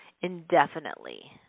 indefinitely